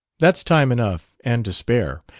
that's time enough, and to spare.